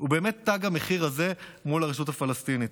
הוא באמת תג המחיר הזה מול הרשות הפלסטינית.